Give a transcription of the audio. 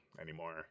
anymore